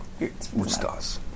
Ustas